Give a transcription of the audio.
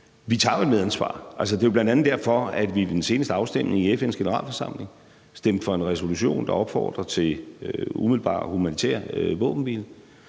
Vi tager et medansvar. Det er jo bl.a. derfor, at vi ved den seneste afstemning i FN's Generalforsamling stemte for en resolution, der opfordrer til umiddelbar humanitær våbenhvile.